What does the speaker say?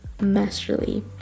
masterly